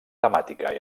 temàtica